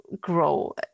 grow